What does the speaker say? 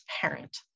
parent